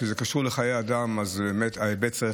כשזה קשור לחיי אדם ההיבט צריך להיות,